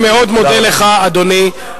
אני מאוד מודה לך, אדוני.